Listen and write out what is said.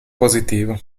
positivo